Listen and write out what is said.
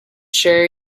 sure